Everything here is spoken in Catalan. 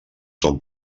són